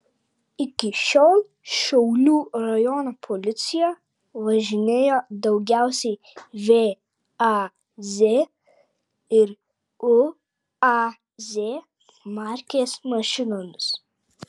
iki šiol šiaulių rajono policija važinėjo daugiausiai vaz ir uaz markės mašinomis